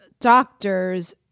doctors